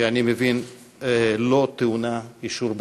שאני מבין שהיא לא טעונה אישור והצבעה.